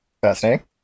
Fascinating